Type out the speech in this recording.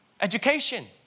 Education